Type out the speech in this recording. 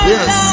Yes